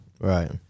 Right